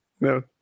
No